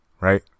Right